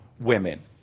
women